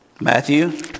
Matthew